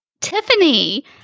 Tiffany